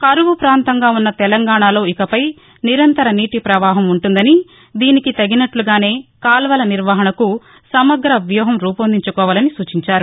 కరపు ప్రాంతంగా ఉన్న తెలంగాణలో ఇకపై నిరంతర నీటి ప్రవాహం ఉంటుందని దీనికి తగినట్లుగానే కాల్వల నిర్వహణకు సమగ్ర వ్యూహం రూపొందించుకోవాలని సూచించారు